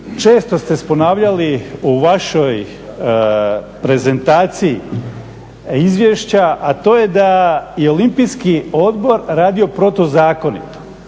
često ste ponavljali u vašoj prezentaciji izvješća a to je da je Olimpijski odbor radio protuzakonito,